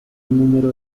número